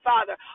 Father